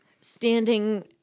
standing